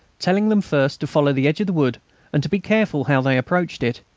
telling them first to follow the edge of the wood and to be careful how they approached it.